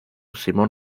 simón